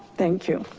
thank you.